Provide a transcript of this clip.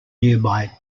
nearby